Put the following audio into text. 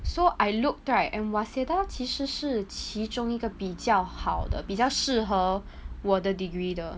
so I looked right and waseda 其实是其中一个比较好的比较适合我的 degree 的